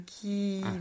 qui